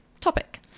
topic